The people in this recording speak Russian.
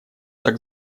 так